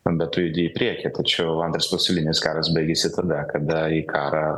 bet tu judi į priekį tačiau antras pasaulinis karas baigėsi tada kada į karą